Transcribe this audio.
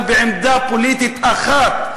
אבל בעמדה פוליטית אחת,